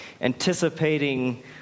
anticipating